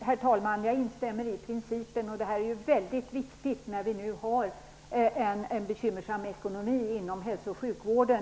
Herr talman! Jag instämmer i det Roland Larsson sade om principen. Det här är ju väldigt viktigt när vi nu har en bekymmersam ekonomi, inte minst inom hälso och sjukvården.